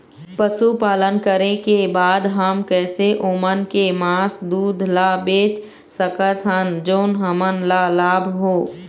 पशुपालन करें के बाद हम कैसे ओमन के मास, दूध ला बेच सकत हन जोन हमन ला लाभ हो?